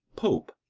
pope,